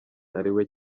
ariwe